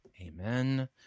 Amen